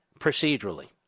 procedurally